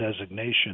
designation